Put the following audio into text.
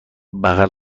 بغل